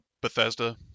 Bethesda